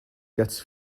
gets